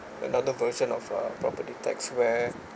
another version of a property tax where